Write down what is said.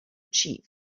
chief